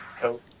coat